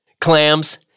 Clams